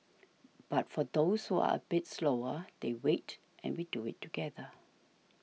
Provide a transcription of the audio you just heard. but for those who are a bit slower they wait and we do it together